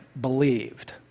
believed